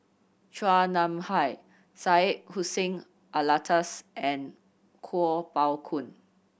Chua Nam Hai Syed Hussein Alatas and Kuo Pao Kun